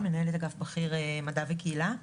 אני מנהלת אגף בכיר מדע וקהילה.